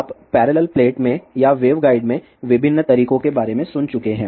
आप parallel plate में या वेवगाइड में विभिन्न तरीकों के बारे में सुन चुके हैं